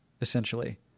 essentially